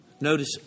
Notice